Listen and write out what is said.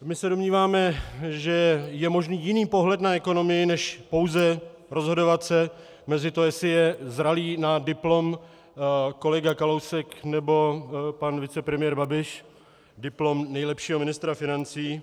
My se domníváme, že je možný jiný pohled na ekonomii než pouze rozhodovat se mezi tím, jestli je zralý na diplom kolega Kalousek, nebo pan vicepremiér Babiš, diplom nejlepšího ministra financí.